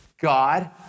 God